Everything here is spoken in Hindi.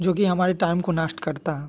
जो कि हमारे टाइम को नष्ट करता है